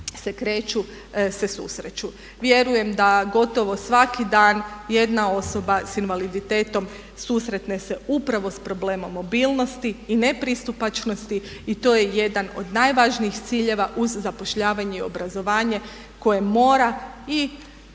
se kreću se susreću. Vjerujem da gotovo svaki dan jedna osoba s invaliditetom susretne se upravo s problemom mobilnosti i nepristupačnosti i to je jedan od najvažnijih ciljeva uz zapošljavanje i obrazovanje koje mora i